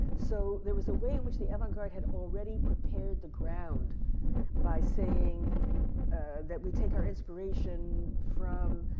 so, there was a way in which the avant garde had already prepared the ground by saying that we take our inspiration from,